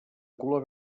color